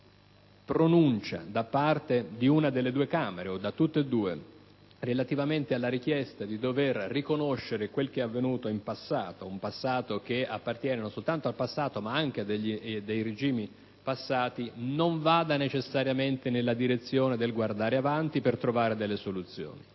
la pronuncia da parte di una delle due Camere, o di tutte e due, relativamente alla richiesta di dover riconoscere quel che è avvenuto in passato, che appartiene non soltanto al passato ma anche a regimi passati, non vada necessariamente nella direzione del guardare avanti per trovare soluzioni.